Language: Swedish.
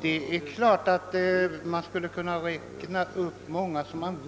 Det är klart att jag skulle kunna räkna upp många förslag för